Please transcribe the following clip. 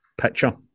Picture